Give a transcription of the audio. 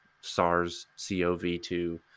SARS-CoV-2